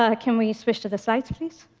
ah can we switch to the slides, please?